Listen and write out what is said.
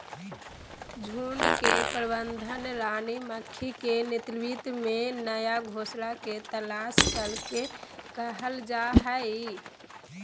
झुंड के प्रबंधन रानी मक्खी के नेतृत्व में नया घोंसला के तलाश करे के कहल जा हई